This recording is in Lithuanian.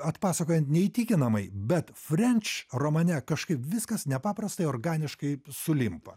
atpasakojan neįtikinamai bet frenč romane kažkaip viskas nepaprastai organiškai sulimpa